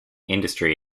industry